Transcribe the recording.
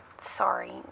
Sorry